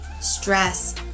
stress